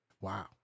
Wow